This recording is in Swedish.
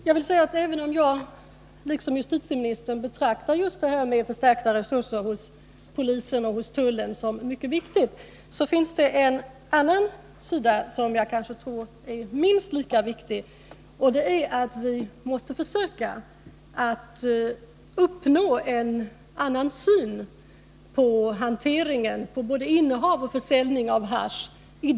Herr talman! Även om jag liksom justitieministern betraktar just detta med förstärkta resurser för polisen och tullen som mycket viktigt, så finns det en annan sida som jag tror är minst lika viktig, nämligen att vi måste försöka medverka till att man får en annan syn i Danmark på hanteringen, både innehav och försäljning, av hasch.